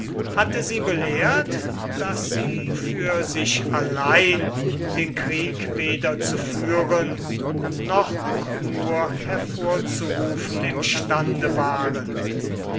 hatte sie belehrt daß sie für sich allein den krieg weder zu führen noch auch nur hervorzurufen imstande waren